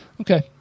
Okay